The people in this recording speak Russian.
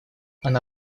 она